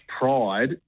pride